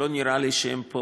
לא נראה לי שהם פה